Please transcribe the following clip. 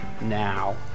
now